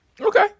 Okay